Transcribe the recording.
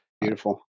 Beautiful